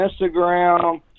Instagram